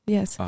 Yes